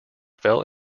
fell